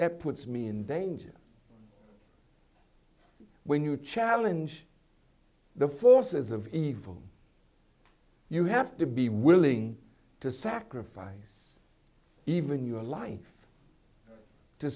that puts me in danger when you challenge the forces of evil you have to be willing to sacrifice even your life to